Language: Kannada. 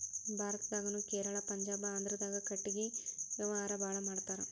ಭಾರತದಾಗುನು ಕೇರಳಾ ಪಂಜಾಬ ಆಂದ್ರಾದಾಗ ಕಟಗಿ ವ್ಯಾವಾರಾ ಬಾಳ ಮಾಡತಾರ